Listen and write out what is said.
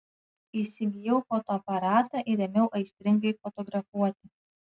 įsigijau fotoaparatą ir ėmiau aistringai fotografuoti